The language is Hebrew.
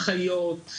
אחיות,